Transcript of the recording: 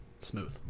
Smooth